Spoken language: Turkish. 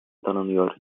tanınıyor